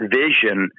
vision